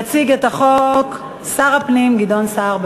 יציג את החוק שר הפנים גדעון סער.